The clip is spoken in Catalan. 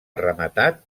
rematat